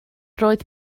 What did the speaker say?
roedd